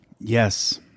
Yes